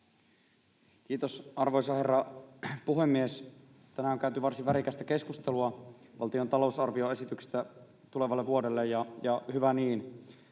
Kiitos, arvoisa herra puhemies! Tänään on käyty varsin värikästä keskustelua valtion talousarvioesityksestä tulevalle vuodelle, ja hyvä niin.